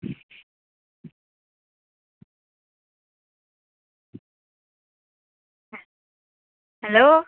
hello